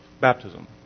baptism